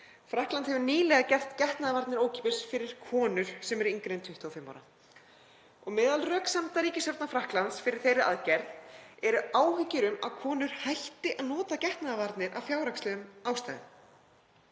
Frakkland hefur nýlega gert getnaðarvarnir ókeypis fyrir konur sem eru yngri en 25 ára og meðal röksemda ríkisstjórnar Frakklands fyrir þeirri aðgerð eru áhyggjur um að konur hætti nota getnaðarvarnir af fjárhagslegum ástæðum.